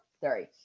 Sorry